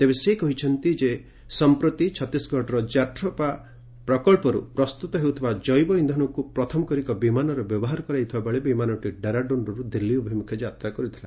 ତେବେ ସେ କହିଛନ୍ତି ଯେ ସଂପ୍ରତି ଛତିଶଗଡ଼ର ଜାଟ୍ରୋଫା ପ୍ରକଳ୍ପରୁ ପ୍ରସ୍ତୁତ ହେଉଥିବା ଜୈବ ଇନ୍ଧନକୁ ପ୍ରଥମ କରି ଏକ ବିମାନରେ ବ୍ୟବହାର କରାଯାଇଥିବା ବେଳେ ବିମାନଟି ଡେରାଡୁନ୍ରୁ ଦିଲ୍ଲୀ ଅଭିମୁଖେ ଯାତ୍ରା କରିଥିଲା